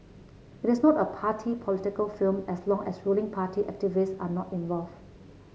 it is not a party political film as long as ruling party activists are not involved